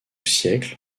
siècle